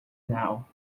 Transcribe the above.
now